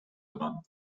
dran